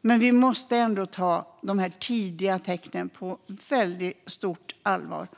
Vi måste ändå ta de här tidiga tecknen på väldigt stort allvar.